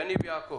יניב יעקב.